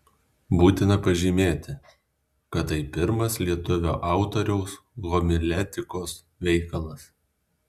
būtina pažymėti kad tai pirmas lietuvio autoriaus homiletikos veikalas